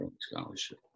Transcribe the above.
Scholarship